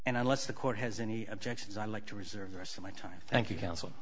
and unless the court has any objections i'd like to reserve the rest of my time thank you counsel